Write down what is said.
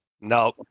No